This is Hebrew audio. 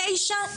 תשע,